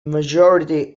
majority